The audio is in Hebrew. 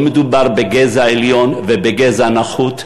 לא מדובר בגזע עליון ובגזע נחות,